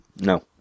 no